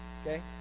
Okay